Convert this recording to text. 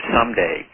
someday